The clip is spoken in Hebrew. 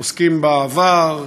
עוסקים בה בעבר,